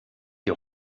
die